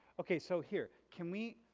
okay so here, can we.